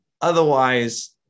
Otherwise